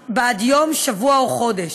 שבוע או חודש.